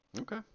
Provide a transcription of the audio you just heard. Okay